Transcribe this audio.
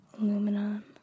aluminum